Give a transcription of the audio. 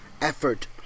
Effort